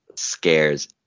Scares